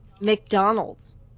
McDonald's